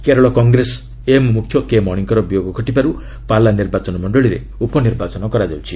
Kerala Congress M ମୁଖ୍ୟ K ମଣିଙ୍କର ବିୟୋଗ ଘଟିବାରୁ ପାଲା ନିର୍ବାଚନ ମଣ୍ଡଳୀରେ ଉପନିର୍ବାଚନ କରାଯାଉଛି